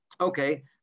Okay